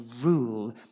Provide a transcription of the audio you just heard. rule